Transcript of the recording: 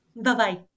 Bye-bye